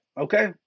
okay